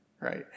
right